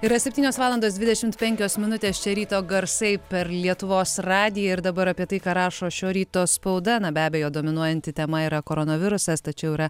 yra septynios valandos dvidešimt penkios minutės čia ryto garsai per lietuvos radiją ir dabar apie tai ką rašo šio ryto spauda na be abejo dominuojanti tema yra koronavirusas tačiau yra